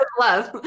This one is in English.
love